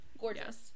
Gorgeous